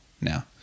now